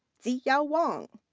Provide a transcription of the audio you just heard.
zhiyao wang.